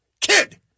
kid